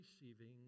receiving